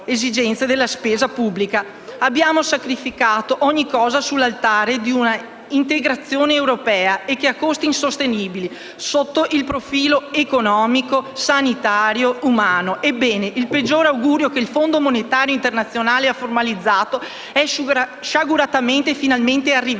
Abbiamo sacrificato ogni cosa sull'altare di una integrazione europea che ha costi insostenibili sotto il profilo economico, sanitario e umano. Ebbene, il peggiore augurio che il Fondo monetario internazionale ha formalizzato è sciaguratamente e finalmente arrivato.